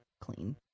clean